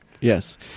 Yes